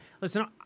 Listen